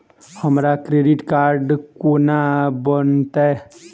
हमरा credit card कोना बनतै?